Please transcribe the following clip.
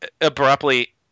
abruptly